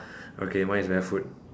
okay mine is barefoot